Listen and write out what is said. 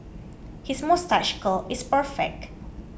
his moustache curl is perfect